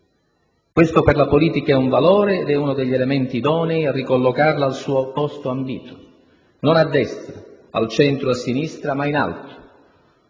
Questo per la politica è un valore ed è uno degli elementi idonei a ricollocarla al suo posto ambito: non a destra al centro o a sinistra, ma in alto,